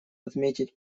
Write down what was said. отметить